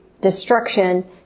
destruction